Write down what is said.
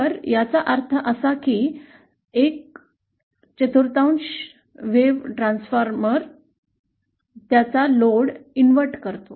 तर याचा अर्थ असा की एक चतुर्थांश वेव्ह ट्रान्सफॉर्मर त्याच्या व्युत्पादनात लोड इनव्हर्ट करतो